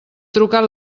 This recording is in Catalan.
trucat